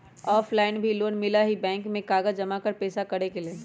Offline भी loan मिलहई bank में कागज जमाकर पेशा करेके लेल?